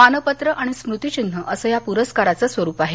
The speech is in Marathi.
मानपत्र आणि स्मृतिचिन्ह असं या पुरस्काराचं स्वरूप आहे